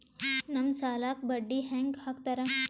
ನಮ್ ಸಾಲಕ್ ಬಡ್ಡಿ ಹ್ಯಾಂಗ ಹಾಕ್ತಾರ?